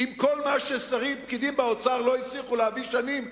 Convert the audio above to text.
עם כל מה שפקידים באוצר לא הצליחו להביא שנים.